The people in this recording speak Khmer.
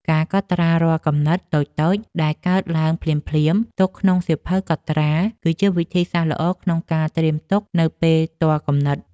ការកត់ត្រារាល់គំនិតតូចៗដែលកើតឡើងភ្លាមៗទុកក្នុងសៀវភៅកត់ត្រា គឺជាវិធីសាស្ត្រល្អក្នុងការត្រៀមទុកនៅពេលទាល់គំនិត។